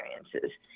experiences